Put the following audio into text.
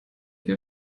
wir